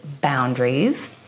boundaries